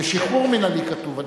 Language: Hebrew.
בשחרור מינהלי כתוב.